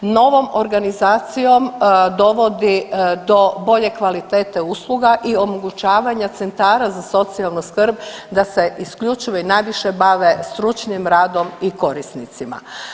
Novom organizacijom dovodi do bolje kvalitete usluga i omogućavanja centara za socijalnu skrb da se isključivo i najviše bave stručnim radom i korisnicima.